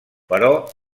però